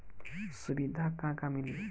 सुविधा का का मिली?